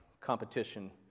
competition